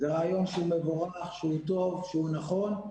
זה רעיון שהוא מבורך, שהוא טוב, שהוא נכון,